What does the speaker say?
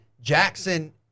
Jackson